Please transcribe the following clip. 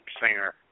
singer